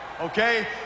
okay